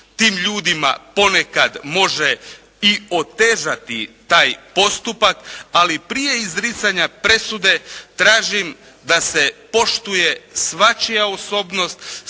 tim ljudima ponekad može i otežati taj postupak, ali prije izricanja presude tražim da se poštuje svačija osobnost,